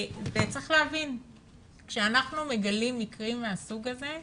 צריך להבין שכאשר אנחנו מגלים מקרים מהסוג הזה,